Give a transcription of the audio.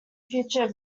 future